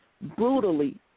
brutally